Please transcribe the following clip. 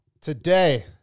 Today